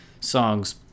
songs